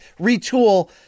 retool